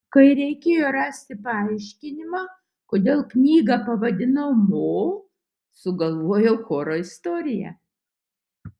kai reikėjo rasti paaiškinimą kodėl knygą pavadinau mo sugalvojau choro istoriją